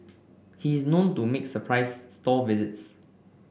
he is known to make surprise store visits